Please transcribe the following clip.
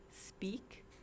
speak